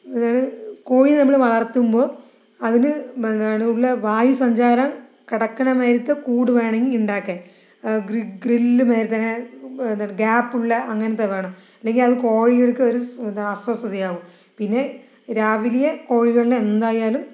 കോഴിയെ നമ്മൾ വളർത്തുമ്പോൾ അതിന് എന്താണ് ഉള്ള വായു സഞ്ചാരം കടക്കണ മാതിരിയുള്ള കൂട് വേണം ഉണ്ടാക്കാൻ ഗ്രിൽ മാതിരീത്തെ ഇങ്ങനെ എന്താ ഗ്യാപ്പ് ഉള്ള അങ്ങനത്തെ വേണം അല്ലെങ്കിൽ അത് കോഴികൾക്ക് ഒരു അസ്വസ്ഥത ആകും പിന്നെ രാവിലെ കോഴികളെ എന്തായാലും